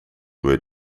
were